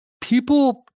people